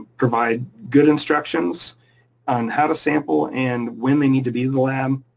provide good instructions on how to sample and when they need to be the lab